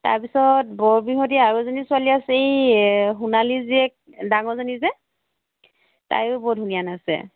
তাৰ পিছত বৰ বিহুৱতী আৰু এজনী ছোৱালী আছে এই সোনালীৰ জীয়েক ডাঙৰজনী যে তায়ো বৰ ধুনীয়া নাচে